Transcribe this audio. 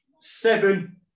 seven